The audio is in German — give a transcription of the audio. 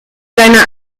seiner